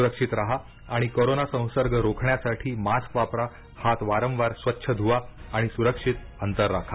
सुरक्षित राहा आणि कोरोना संसर्ग रोखण्यासाठी मास्क वापरा हात वारंवार स्वच्छ धुवा आणि सुरक्षित अंतर राखा